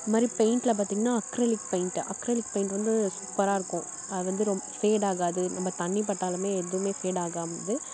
இது மாதிரி பெயிண்ட்டில் பார்த்தீங்கன்னா அக்ரலிக் பெயிண்ட்டு அக்ரலிக் பெயிண்ட்டு வந்து சூப்பராக இருக்கும் அது வந்து ரொம் ஃபேட் ஆகாது நம்ப தண்ணி பட்டாலுமே எதுவுமே ஃபேட் ஆகாது